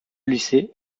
lycée